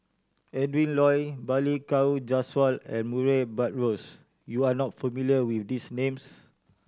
Adrin Loi Balli Kaur Jaswal and Murray Buttrose You are not familiar with these names